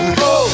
go